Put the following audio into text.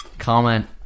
comment